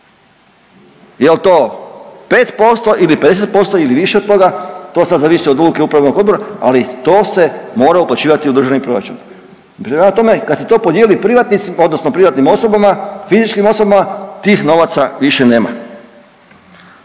jel to 5% ili 50% ili više od toga to sad zavisi od odluke Upravnog odbora, ali to se mora uplaćivati u državni proračun. Prema tome kad se to podijeli privatnicima odnosno privatnim osobama i fizičkim osobama tih novaca više nema.